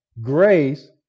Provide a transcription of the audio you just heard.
grace